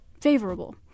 favorable